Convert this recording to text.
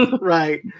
Right